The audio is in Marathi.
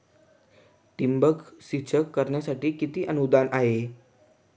ठिबक सिंचन करण्यासाठी किती अनुदान आहे?